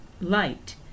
light